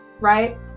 right